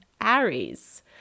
Aries